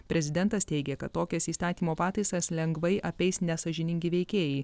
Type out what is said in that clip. prezidentas teigė kad tokias įstatymo pataisas lengvai apeis nesąžiningi veikėjai